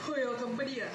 for your company ah